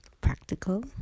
Practical